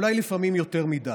אולי לפעמים יותר מדי.